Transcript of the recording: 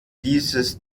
dieses